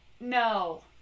no